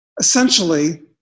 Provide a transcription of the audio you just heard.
Essentially